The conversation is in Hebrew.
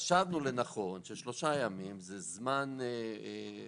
חשבנו לנכון ששלושה ימים זה זמן טוב,